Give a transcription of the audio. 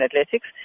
athletics